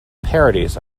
parodies